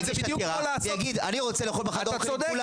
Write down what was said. יגיש עתירה ויגיד: אני רוצה לאכול בחדר אוכל עם כולם.